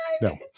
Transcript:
No